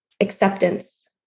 acceptance